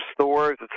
stores